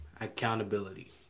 Accountability